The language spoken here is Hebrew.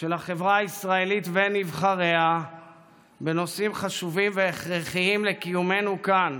של החברה הישראלית ונבחריה בנושאים חשובים והכרחיים לקיומנו כאן.